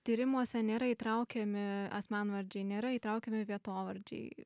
tyrimuose nėra įtraukiami asmenvardžiai nėra įtraukiami vietovardžiai